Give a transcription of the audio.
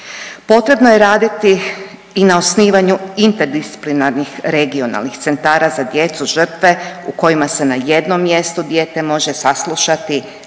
Potrebno je raditi i na osnivanju interdisciplinarnih regionalnih centara za djecu žrtve u kojima se na jednom mjestu dijete može saslušati, liječnički